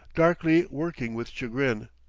darkly working with chagrin.